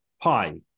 pi